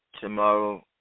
Tomorrow